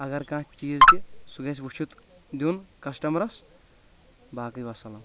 اگر کانٛہہ چیٖز تہِ سُہ گژھہِ وُچِھتھ دیُن کسٹمرس باقےٕ وسلام